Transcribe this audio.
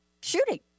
shooting